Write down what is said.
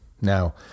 Now